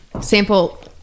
sample